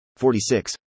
46